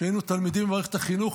כשהיינו תלמידים במערכת החינוך,